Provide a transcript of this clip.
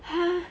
!huh!